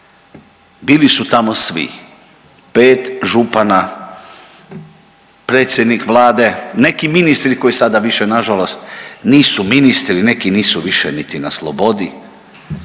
Bili su tamo svi, pet župana, predsjednik Vlade, neki ministri koji sada više na žalost nisu ministri, neki nisu više niti na slobodi.